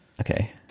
okay